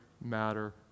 matter